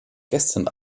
gestern